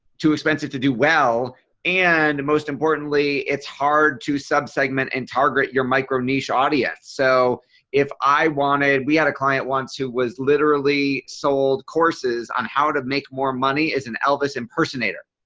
too expensive to do well and most importantly it's hard to sub-segment and target your micro-niche audience. so if i wanted we had a client once who was literally sold courses on how to make more money an elvis impersonator.